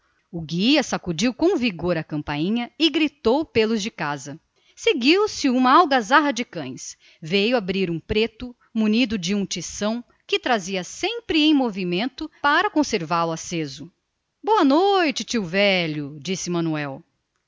o guia sacudiu com vigor a campainha e gritou ó de casa seguiu-se uma algazarra de cães veio abrir um preto munido de um tição que trazia sempre em movimento para conservá-lo aceso boa noite tio velho disse manuel